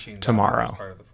tomorrow